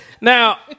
Now